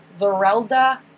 Zerelda